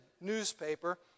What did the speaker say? newspaper